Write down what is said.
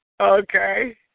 Okay